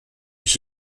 ich